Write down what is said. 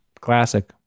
Classic